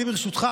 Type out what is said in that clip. ברשותך,